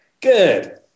Good